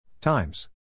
Times